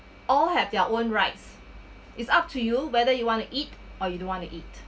all have their own rights is up to you whether you want to eat or you don't want to eat